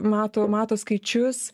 mato mato skaičius